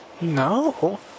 No